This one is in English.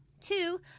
Two